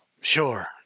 sure